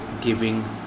giving